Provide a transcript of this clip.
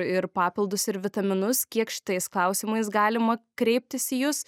ir papildus ir vitaminus kiek šitais klausimais galima kreiptis į jus